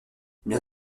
bien